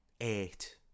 eight